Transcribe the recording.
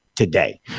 today